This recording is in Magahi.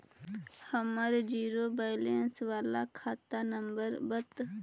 हमर जिरो वैलेनश बाला खाता नम्बर बत?